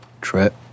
trip